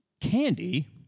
Candy